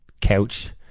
couch